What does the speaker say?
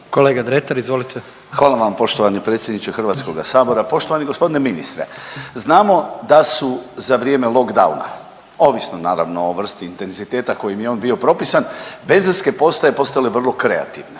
**Dretar, Davor (DP)** Hvala vam poštovani predsjedniče Hrvatskoga sabora. Poštovani gospodine ministre znamo da su za vrijeme lockdowna ovisno naravno o vrsti intenziteta kojim je on bio propisan benzinske postaje postale vrlo kreativne,